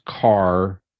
car